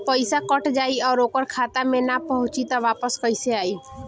पईसा कट जाई और ओकर खाता मे ना पहुंची त वापस कैसे आई?